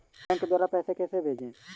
Bank द्वारा पैसे कैसे भेजें?